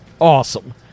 Awesome